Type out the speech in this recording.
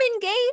Gay